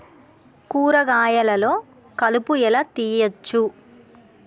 కూరగాయలలో కలుపు ఎలా తీయచ్చు?